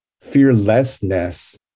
fearlessness